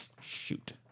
shoot